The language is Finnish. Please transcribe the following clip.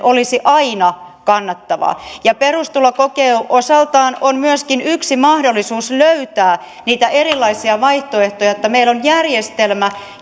olisi aina kannattavaa perustulokokeilu osaltaan on myöskin yksi mahdollisuus löytää niitä erilaisia vaihtoehtoja jotta meillä on järjestelmä